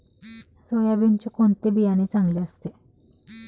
सोयाबीनचे कोणते बियाणे चांगले असते?